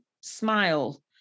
smile